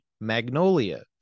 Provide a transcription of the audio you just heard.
Magnolia